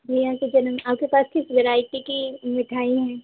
भैया के जनम आपके पास किस वेराइटी की मिठाईयाँ हैं